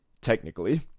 technically